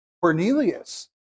Cornelius